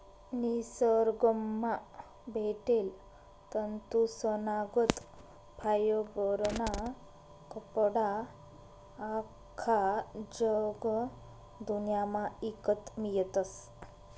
निसरगंमा भेटेल तंतूसनागत फायबरना कपडा आख्खा जगदुन्यामा ईकत मियतस